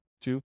Two